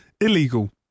illegal